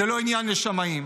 זה לא עניין לשמאים.